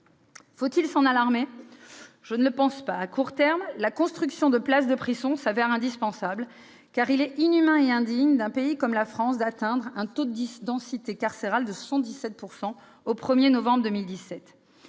Faut-il s'en alarmer ? Je ne le pense pas. À court terme, la construction de places de prison s'avère indispensable, car il est inhumain et indigne d'un pays comme la France d'atteindre un taux de densité carcérale de 117 % au 1 novembre 2017.